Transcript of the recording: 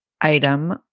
item